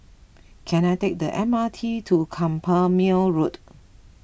can I take the M R T to Carpmael Road